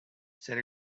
said